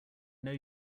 know